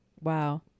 Wow